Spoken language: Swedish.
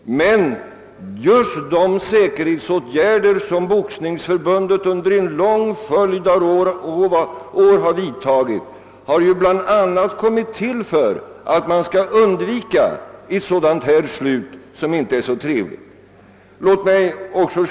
De säkerhetsåtgärder som Boxningsförbundet under en lång följd av år har vidtagit är också tillkomna bl.a. för att undvika sådana inte trevliga slut på amatörmatcherna.